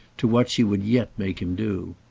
to what she would yet make him do.